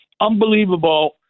Unbelievable